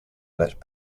let